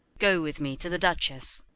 go with me to the duchess.